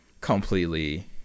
completely